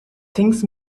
things